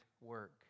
work